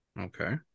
Okay